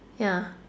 ya